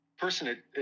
person